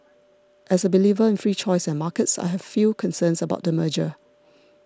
as a believer in free choice and markets I have few concerns about the merger